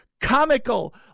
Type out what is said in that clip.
comical